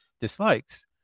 dislikes